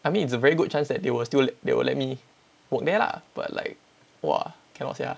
I mean it's a very good chance that they will still they will let me work there lah but like !wah! cannot sia